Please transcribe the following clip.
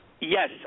Yes